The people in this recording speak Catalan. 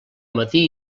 matí